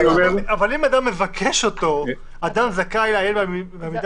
אבל אם אדם מבקש אותו אדם זכאי לעיין במידע